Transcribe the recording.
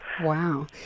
Wow